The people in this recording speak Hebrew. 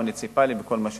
מוניציפלי וכל מה שדרוש,